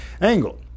angle